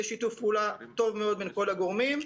יש שיתוף פעולה טוב מאוד בין כל הגורמים.